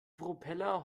propeller